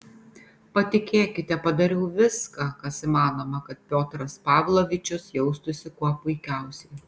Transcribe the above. patikėkite padariau viską kas įmanoma kad piotras pavlovičius jaustųsi kuo puikiausiai